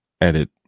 edit